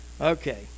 okay